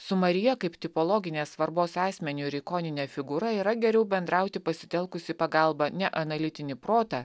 su marija kaip tipologinės svarbos asmeniu ir ikonine figūra yra geriau bendrauti pasitelkus į pagalbą ne analitinį protą